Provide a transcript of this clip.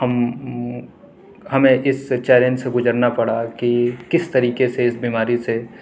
ہم ہمیں اس چیلینج سے گجرنا پڑا کہ کس طریقے سے اس بیماری سے